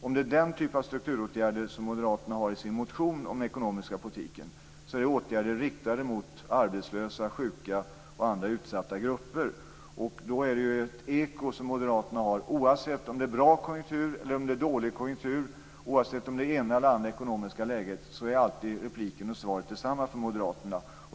Om det är den typ av strukturåtgärder som moderaterna har i sin motion om den ekonomiska politiken, är det åtgärder riktade mot arbetslösa, sjuka och andra utsatt grupper. Det är ett eko som hörs från moderaterna oavsett om konjunkturen är bra eller dålig. Oavsett om vi befinner oss i de ena eller andra ekonomiska läget är repliken och svaret desamma för moderaterna.